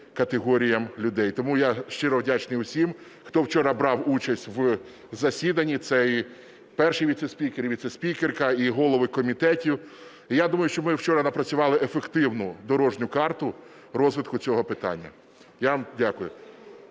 категоріям людей. Тому я щиро вдячний усім, хто вчора брав участь в засіданні, це і Перший віцеспікер, і віцеспікерка, і голови комітетів. І я думаю, що ми вчора напрацювали ефективну дорожню карту розвитку цього питання. Я вам дякую.